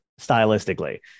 stylistically